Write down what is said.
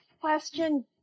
question